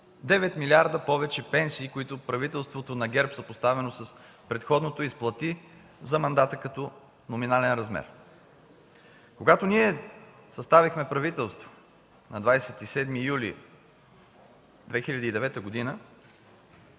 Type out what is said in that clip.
9 милиарда повече пенсии, които правителството на ГЕРБ, съпоставено с предходното, изплати за мандата като номинален размер. Когато ние съставихме правителство на 27 юли 2009 г.,